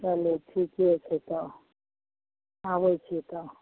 चलू ठीके छै तऽ आबै छियै तऽ